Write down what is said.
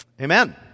Amen